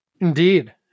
indeed